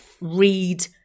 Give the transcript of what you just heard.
read